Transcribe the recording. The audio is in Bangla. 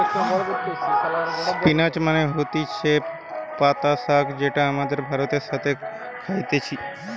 স্পিনাচ মানে হতিছে পাতা শাক যেটা আমরা ভাতের সাথে খাইতেছি